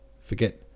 forget